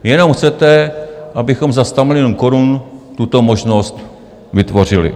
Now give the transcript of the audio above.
Jenom chcete, abychom za stamiliony korun tuto možnost vytvořili.